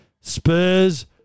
Spurs